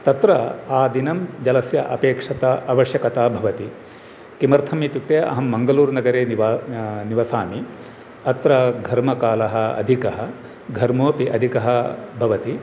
तत्र आदिनं जलस्य अपेक्षता आवश्यकता भवति किमर्थमित्युक्ते अहं मङ्गलूरुनगरे निवास निवसामि अत्र घर्मकालः अधिकः घर्मोऽपि अधिकः भवति